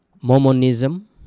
Mormonism